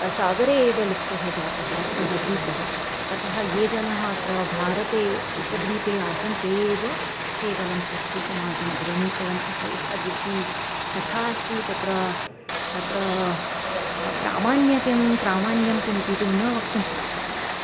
सागरे एव लुप्तः जातः सः द्वीपः अतः ये जनाः अत्र भारते उपद्वीपे आसन् ते एव केवलं स्वस्य समाजमग्रे नीतवन्तः एतादृशी कथा अस्ति तत्र तत्र प्रामाण्यं कें प्रामाण्यं किमिति तु न वक्तुं शक्ष्यामि